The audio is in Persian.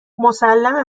مسلمه